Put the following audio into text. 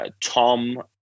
Tom